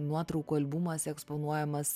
nuotraukų albumas eksponuojamas